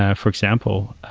ah for example,